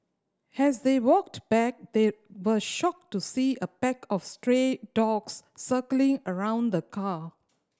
has they walked back they were shocked to see a pack of stray dogs circling around the car